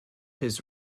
his